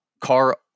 car